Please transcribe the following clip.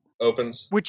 opens